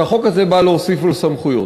שהחוק הזה בא להוסיף לו סמכויות.